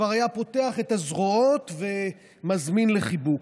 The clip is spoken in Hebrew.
כבר היה פותח את הזרועות ומזמין לחיבוק.